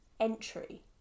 Entry